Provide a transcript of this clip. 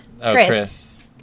Chris